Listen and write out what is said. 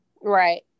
Right